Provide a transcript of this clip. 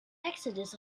exodus